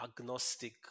agnostic